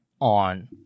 on